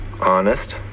Honest